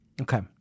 Okay